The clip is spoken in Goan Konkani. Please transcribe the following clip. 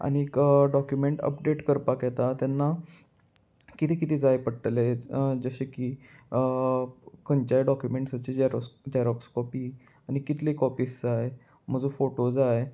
आनीक डॉक्युमेंट अपडेट करपाक येता तेन्ना किदें किदें जाय पडटलें जशें की खंयच्याय डॉक्युमेंट्साच जेरक्स जॅरोक्स कॉपी आनी कितली कॉपीस जाय म्हजो फोटो जाय